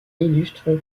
illustrent